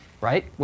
right